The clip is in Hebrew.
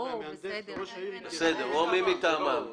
בסדר, או מי מטעמם.